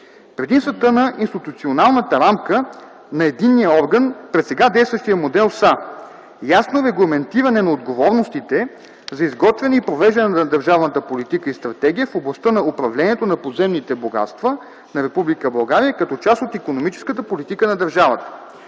Предимствата на институционалната рамка на „единния орган” пред сега действащия модел са: - ясно регламентиране на отговорностите за изготвяне и провеждане на държавната политика и стратегия в областта на управлението на подземните богатства на Република България като част от икономическата политика на държавата;